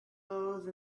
those